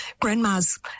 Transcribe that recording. Grandma's